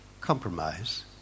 compromise